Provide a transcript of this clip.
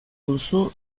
duzu